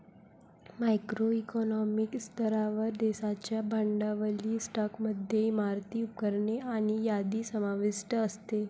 macro economic स्तरावर, देशाच्या भांडवली स्टॉकमध्ये इमारती, उपकरणे आणि यादी समाविष्ट असते